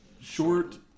Short